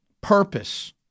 Purpose